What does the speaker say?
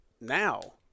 now